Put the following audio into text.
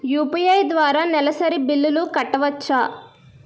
UPI ద్వారా నెలసరి బిల్లులు కట్టవచ్చా?